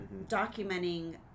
documenting